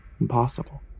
Impossible